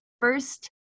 first